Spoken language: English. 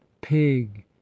pig